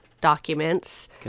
documents